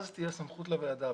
אז תהיה סמכות לוועדה,